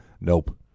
nope